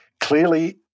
clearly